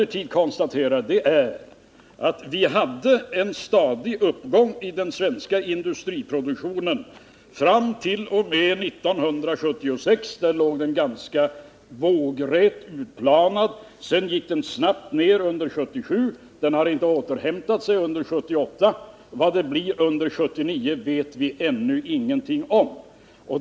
Vad jag konstaterar är att vi hade en stadig uppgång i den svenska industriproduktionen fram t.o.m. 1976, då kurvan utplanades. Under 1977 gick industriproduktionen snabbt ned, och den har inte återhämtat sig under 1978. Vad det blir för resultat under 1979 vet vi ännu ingenting om.